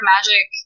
Magic